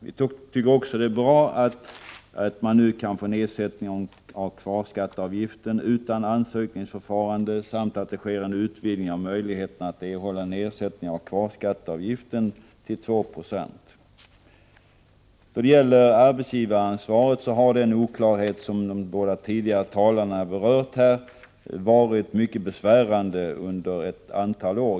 Vi tycker också att det är bra att nedsättning av kvarskatteavgiften nu kan medges utan ansökningsförfarande samt att det sker en utvidgning av möjligheterna att erhålla nedsättning av kvarskatteavgiften till 2 96. Vad gäller arbetsgivaransvaret har den oklarhet som de båda föregående talarna berört varit mycket besvärande under ganska många år.